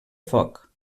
foc